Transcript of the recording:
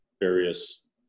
various